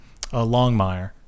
Longmire